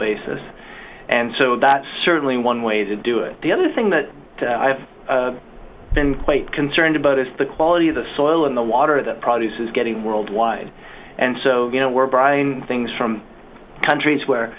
basis and so that's certainly one way to do it the other thing that i have been quite concerned about is the quality of the soil in the water that process is getting worldwide and so you know we're brian things from countries where